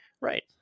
Right